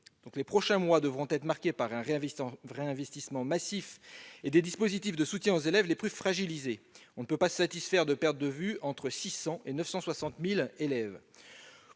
Les prochains mois devront être marqués par un réinvestissement massif et la mise en place de dispositifs de soutien aux élèves les plus fragilisés. On ne peut se satisfaire de perdre de vue entre 600 000 et 960 000 élèves.